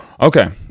Okay